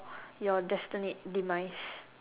your destined demise